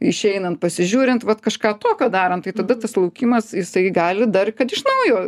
išeinant pasižiūrint vat kažką tokio darant tai tada tas laukimas jisai gali dar kad iš naujo